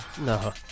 No